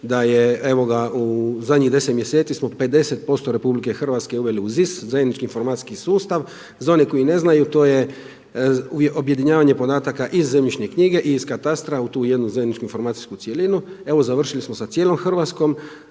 da je, evo ga u zadnjih deset mjeseci smo 50 posto Republike Hrvatske uveli u ZIS, zajednički informacijski sustav. Za one koji ne znaju to je objedinjavanje podataka iz zemljišne knjige i iz katastra u tu jednu zajedničku informacijsku cjelinu. Evo završili smo sa cijelom Hrvatskom,